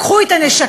קחו את הנשקים,